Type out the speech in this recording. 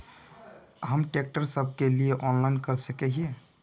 हम ट्रैक्टर सब के लिए ऑनलाइन कर सके हिये?